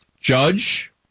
Judge